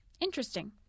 Interesting